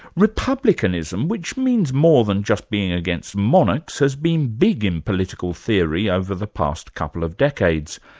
republicanism, which means more than just being against monarchs, as being big in political theory ah over the past couple of decades,